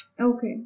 Okay